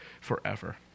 forever